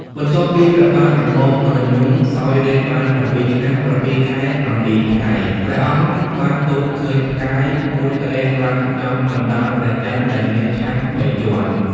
បន្ទាប់ពីព្រះបាទដំបងក្រញូងសោយរាជ្យបាន ៧ឆ្នាំ ៧ខែ ៧ថ្ងៃ ព្រះអង្គបានទតឃើញផ្កាយមួយរះឡើងចំកណ្តាលព្រះច័ន្ទដែលមានឆត្រ ៣ជាន់ ។